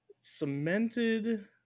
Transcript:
cemented